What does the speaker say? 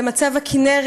ומצב הכינרת,